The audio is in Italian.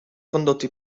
condotto